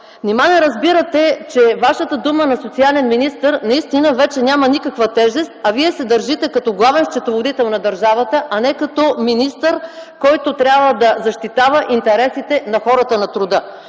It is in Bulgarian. Нима не разбирате, че Вашата дума на социален министър наистина вече няма никаква тежест, а Вие се държите като главен счетоводител на държавата, а не като министър, който трябва да защитава интересите на хората на труда?!